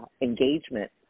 engagement